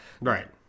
Right